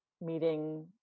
meeting